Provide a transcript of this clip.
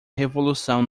revolução